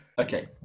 Okay